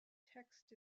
text